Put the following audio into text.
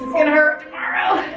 and hurt tomorrow.